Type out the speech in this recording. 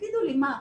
תגידו לי מה,